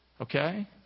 Okay